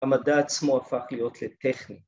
‫המדע עצמו הפך להיות לטכני.